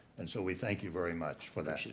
and so we thank you very much for that.